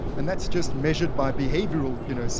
and that's just measured by behavioural, you know,